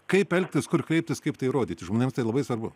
kaip elgtis kur kreiptis kaip tai įrodyti žmonėms tai labai svarbu